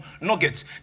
nuggets